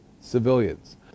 civilians